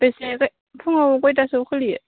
बेसे फुङाव खयथासोआव खुलियो